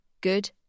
good